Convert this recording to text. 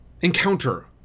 encounter